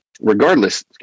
regardless